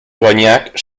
cognac